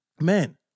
men